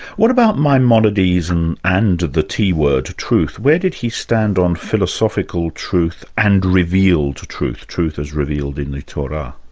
what about maimonides and and the t-word, truth? where did he stand on philosophical truth and revealed truth? truth as revealed in the torah.